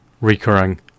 recurring